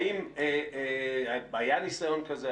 האם היה ניסיון כזה,